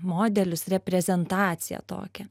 modelius reprezentaciją tokią